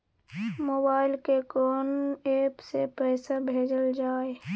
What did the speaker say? Mobile के कोन app से पैसा भेजल जाए?